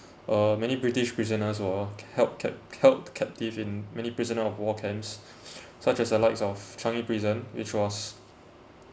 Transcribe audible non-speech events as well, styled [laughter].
uh many british prisoners were held cap~ held captive in many prisoner of war camps [breath] such as the likes of changi prison which was